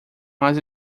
mas